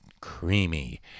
creamy